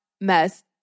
mess